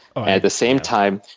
ah at the same time,